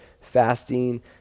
fasting